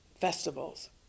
festivals